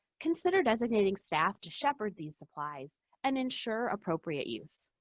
consider designating staff to shepherd these supplies and ensure appropriate use.